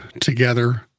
together